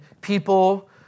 people